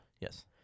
Yes